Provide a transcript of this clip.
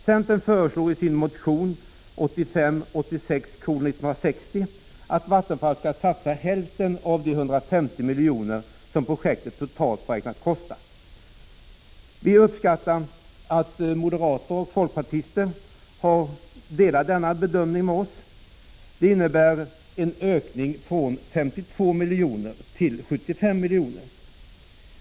Centern föreslår i sin motion 1985 86:54 och folkpartister har anslutit sig till denna bedömning. Det innebär en ökning 17 december 1985 från 52 miljoner till 75 miljoner.